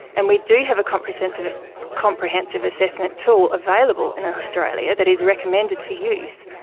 and we do have a comprehensive comprehensive assessment tool available in australia that is recommended for use,